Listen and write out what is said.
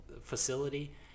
facility